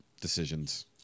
decisions